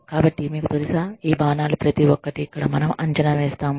కాబట్టి మీకు తెలుసా ఈ బాణాలు ప్రతి ఒక్కటి ఇక్కడ మనం అంచనా వేస్తాము